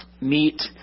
meet